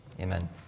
Amen